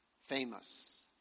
famous